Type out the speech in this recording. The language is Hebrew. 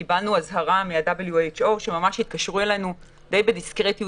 קיבלנו אזהרה מ-WHO שממש התקשרו אלינו די בדיסקרטיות